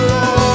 Lord